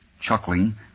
Chuckling